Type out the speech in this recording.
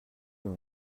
plus